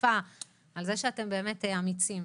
הדחיפה ועל זה שאתם באמת אמיצים.